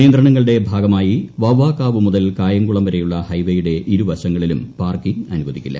നിയന്ത്രണങ്ങളുടെ ഭാഗമായി വവ്വാക്കാവ് മുതൽ കായംകുളം വരെയുള്ള ഹൈവേയുടെ ഇരുവശങ്ങളിലും പാർക്കിംഗ് അനുവദിക്കില്ല